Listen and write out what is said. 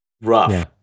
rough